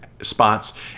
spots